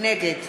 נגד